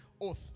oath